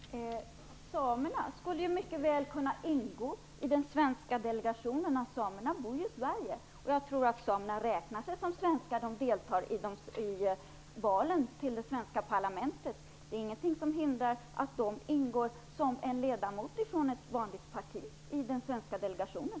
Herr talman! Samerna skulle mycket väl kunna ingå i den svenska delegationen. Samerna bor ju i Sverige. Jag tror att samerna räknar sig som svenskar. De deltar i valen till det svenska parlamentet. Det är ingenting som hindrar att samer på samma sätt som andra ingår som ledamöter från ett parti i den svenska delegationen.